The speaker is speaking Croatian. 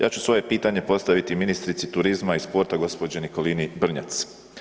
Ja ću svoje pitanje postaviti ministrici turizma i sporta gospođi Nikolini Brnjac.